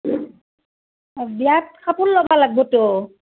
বিয়াত কাপোৰ ল'ব লাগিব ত'